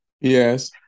Yes